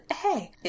hey